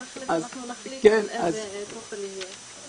תכלס אנחנו נחליט איזה תוכן יהיה.